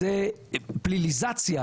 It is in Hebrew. זה פליליזציה